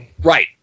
Right